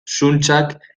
zuntzak